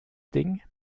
ding